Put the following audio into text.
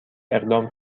اقدام